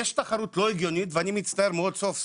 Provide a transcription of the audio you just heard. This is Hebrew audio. יש תחרות לא הגיונית ואני מצטער מאוד, סוף סוף,